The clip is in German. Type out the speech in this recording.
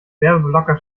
werbeblocker